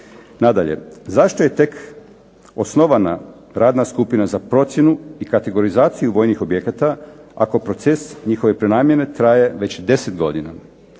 Nadalje, zašto je tek osnovana radna skupina za procjenu i kategorizaciju vojnih objekata ako proces njihove prenamjene traje već 10 godina?